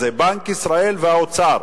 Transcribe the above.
זה בנק ישראל והאוצר,